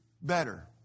better